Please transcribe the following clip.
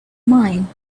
mine